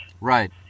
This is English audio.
Right